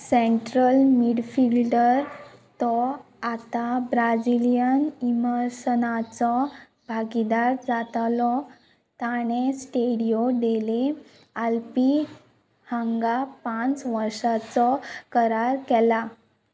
central midfielder तो आतां Brazilian इमर्सनाचो भागीदार जातालो ताणें स्टेडियो डेले आल्पी हांगा पांच वर्साचो करार केला